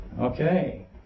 Okay